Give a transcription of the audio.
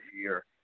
year